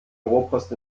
rohrpost